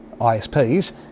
ISPs